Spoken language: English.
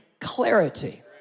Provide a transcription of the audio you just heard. clarity